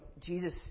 Jesus